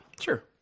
Sure